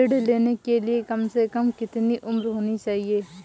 ऋण लेने के लिए कम से कम कितनी उम्र होनी चाहिए?